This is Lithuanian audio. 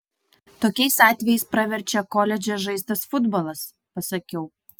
tokiais atvejais praverčia koledže žaistas futbolas pasakiau